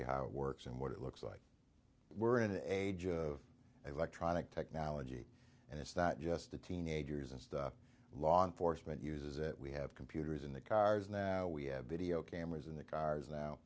you how it works and what it looks like we're in an age of electronic technology and it's not just the teenagers and law enforcement uses it we have computers in the cars now we have video cameras in the cars now